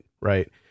Right